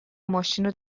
ماشینو